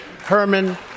Herman